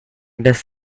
does